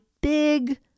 big